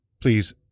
Please